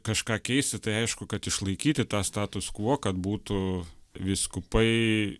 kažką keisti tai aišku kad išlaikyti tą status kuo kad būtų vyskupai